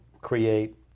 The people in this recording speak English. create